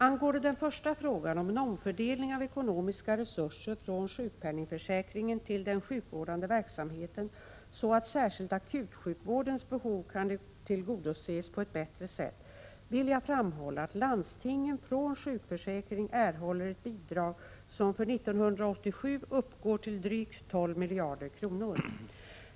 Angående den första frågan om en omfördelning av ekonomiska resurser från sjukpenningförsäkringen till den sjukvårdande verksamheten så att särskilt akutsjukvårdens behov kan tillgodoses på ett bättre sätt vill jag framhålla att landstingen från sjukförsäkringen erhåller ett bidrag, som för år 1987 uppgår till drygt 12 miljarder kronor.